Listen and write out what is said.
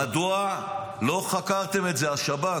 מדוע לא חקרתם את זה, השב"כ?